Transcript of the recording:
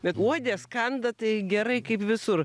bet uodės kanda tai gerai kaip visur